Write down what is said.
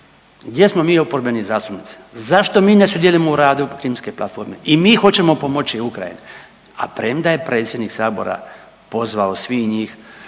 gdje smo mi oporbeni zastupnici, zašto mi ne sudjelujemo u radu Krimske platforme, i mi hoćemo pomoći Ukrajini, a premda je predsjednik Sabora pozvao svih njih